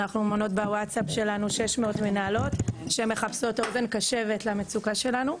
אנחנו מונות בוואטסאפ שלנו 600 מנהלות שמחפשות אוזן קשבת למצוקה שלנו.